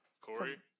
Corey